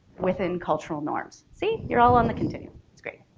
within cultural norms see you're all on the continuum it's great